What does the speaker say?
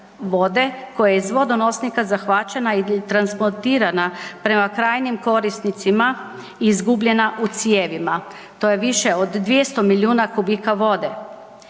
koje je iz vodonosnika zahvaćena i transportirana prema krajnjim korisnicima izgubljena u cijevima. To je više od 200 milijuna kubika vode.